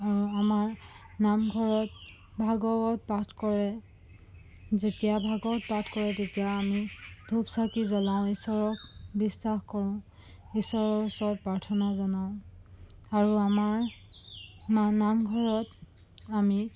আমাৰ নামঘৰত ভাগৱত পাঠ কৰে যেতিয়া ভাগৱত পাঠ কৰে তেতিয়া আমি ধূপ চাকি জ্বলাওঁ ঈশ্বৰক বিশ্বাস কৰোঁ ঈশ্বৰৰ ওচৰত প্ৰাৰ্থনা জনাওঁ আৰু আমাৰ নামঘৰত আমি